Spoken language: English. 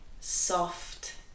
soft